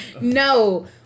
no